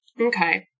Okay